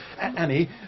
annie